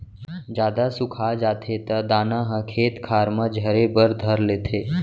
जादा सुखा जाथे त दाना ह खेत खार म झरे बर धर लेथे